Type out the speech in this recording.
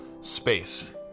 space